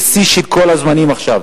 זה שיא של כל הזמנים עכשיו.